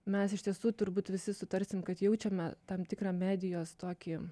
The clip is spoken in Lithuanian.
mes iš tiesų turbūt visi sutarsim kad jaučiame tam tikrą medijos tokį